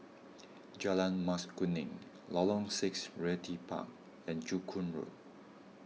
Jalan Mas Kuning Lorong six Realty Park and Joo Koon Road